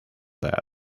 that